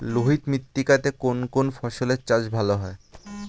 লোহিত মৃত্তিকা তে কোন কোন ফসলের চাষ ভালো হয়?